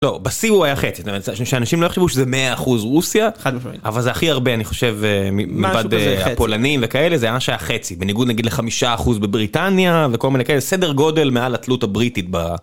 בשיא הוא היה חצי, שאנשים לא יחשבו שזה 100% רוסיה, חד משמעית, אבל זה הכי הרבה אני חושב מלבד הפולנים וכאלה, זה היה ממש היה חצי, בניגוד נגיד לחמישה אחוז בבריטניה וכל מיני כאלה, סדר גודל מעל התלות הבריטית ב...